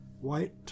White